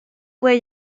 puede